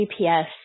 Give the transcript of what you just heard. GPS